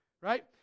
right